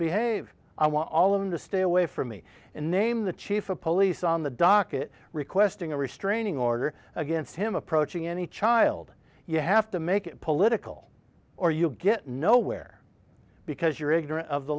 behave i want all of them to stay away from me and name the chief of police on the docket requesting a restraining order against him approaching any child you have to make political or you'll get nowhere because you're ignorant of the